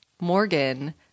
Morgan